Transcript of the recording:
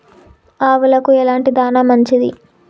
ఆవులకు ఎలాంటి దాణా మంచిది?